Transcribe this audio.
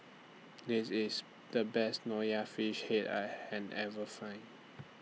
This IS The Best Nonya Fish Head I had Ever Find